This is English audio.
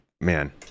man